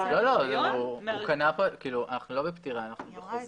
אנחנו לא בפטירה, אנחנו בחוזה.